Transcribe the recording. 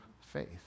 faith